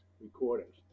recordings